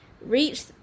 reach